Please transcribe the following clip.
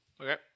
Okay